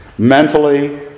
Mentally